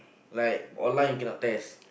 like online cannot test